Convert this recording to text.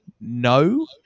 No